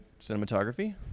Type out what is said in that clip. cinematography